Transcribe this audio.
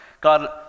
God